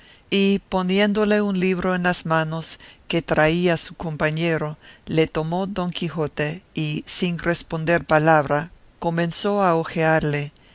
y poniéndole un libro en las manos que traía su compañero le tomó don quijote y sin responder palabra comenzó a hojearle